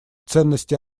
ценности